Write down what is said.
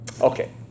Okay